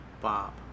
Bob